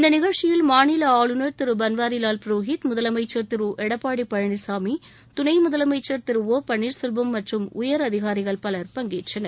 இந்த நிகழ்ச்சியில் மாநில ஆளுநர் திரு பன்வாரிலால் புரோஹித் முதலமைச்சர் திரு எடப்பாடி பழனிசாமி துணை முதலமைச்சர் திரு ஓ பன்ளீர்செல்வம் மற்றும் உயரதிகாரிகள் பலர் பங்கேற்றனர்